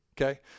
Okay